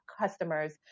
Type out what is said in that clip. customers